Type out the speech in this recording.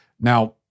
Now